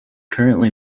currently